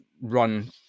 run